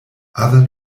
other